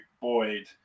Boyd